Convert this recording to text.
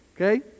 Okay